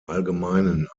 allgemeinen